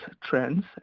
trends